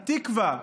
"התקווה"